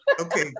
Okay